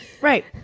Right